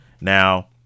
Now